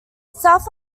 south